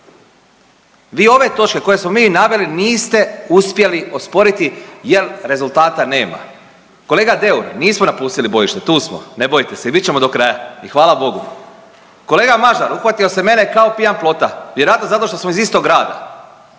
Vi ove točke koje smo mi naveli niste uspjeli osporiti jer rezultata nema. Kolega Deur, nismo napustili bojište, tu smo, ne bojte se, i bit ćemo do kraja. I hvala Bogu. Kolega Mažar, uhvatio se mene kao pijan plota. Vjerojatno zato što smo iz istog grada